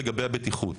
לגבי הבטיחות,